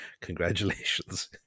Congratulations